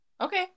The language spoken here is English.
Okay